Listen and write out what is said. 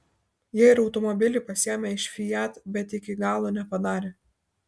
jie ir automobilį pasiėmė iš fiat bet iki galo nepadarė